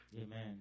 Amen